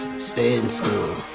stay in school.